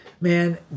man